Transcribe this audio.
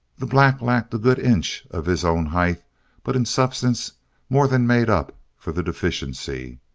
the black lacked a good inch of his own height but in substance more than made up for the deficiency.